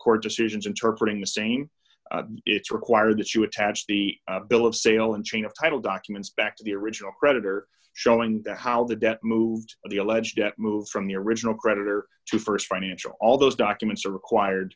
court decisions interpret in the same it's required that you attach the bill of sale and chain of title documents back to the original creditor showing that how the debt moved or the alleged debt moves from the original creditor to st financial all those documents are required